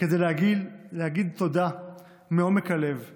כדי להגיד תודה מעומק הלב לך,